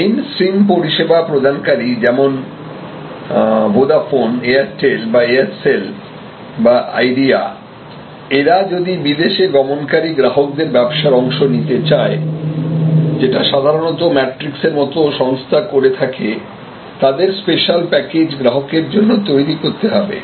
mainstream পরিষেবা প্রদানকারী যেমন ভোডাফোন এয়ারটেল বা এয়ারসেল বা আইডিয়া এরা যদি বিদেশে গমনকারী গ্রাহকদের ব্যবসার অংশ নিতে চায় যেটা সাধারণত ম্যাট্রিক্সের মতো সংস্থা করে থাকে তাদের স্পেশাল প্যাকেজ গ্রাহকের জন্য তৈরি করতে হবে